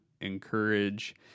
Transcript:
encourage